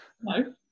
no